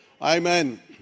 Amen